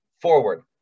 forward